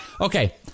okay